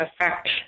affect